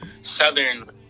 southern